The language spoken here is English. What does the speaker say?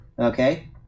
Okay